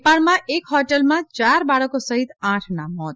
નેપાળમાં એક હોટલમાં ચાર બાળકો સહિત આઠનાં મોત